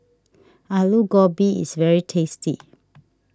Aloo Gobi is very tasty